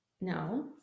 No